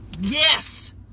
Yes